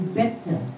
better